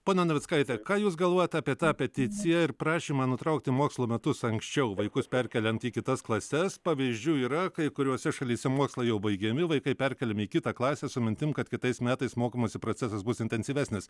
ponia navickaite ką jūs galvojat apie tą peticiją ir prašymą nutraukti mokslo metus anksčiau vaikus perkeliant į kitas klases pavyzdžių yra kai kuriose šalyse mokslai jau baigiami vaikai perkeliami į kitą klasę su mintim kad kitais metais mokymosi procesas bus intensyvesnis